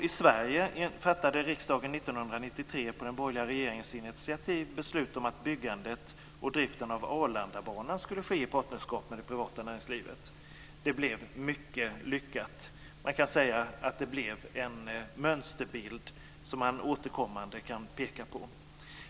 I Sverige fattade riksdagen 1993 på den borgerliga regeringens initiativ beslut om att byggandet och driften av Arlandabanan skulle ske i partnerskap med det privata näringslivet. Det blev mycket lyckat. Man kan säga att det blev en mönsterbild som man återkommande kan peka på.